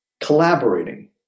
collaborating